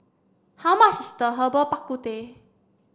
how much is the Herbal Bak Ku Teh